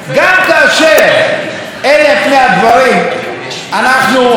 אנחנו מכילים אותם כי אנחנו חזקים.